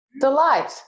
delight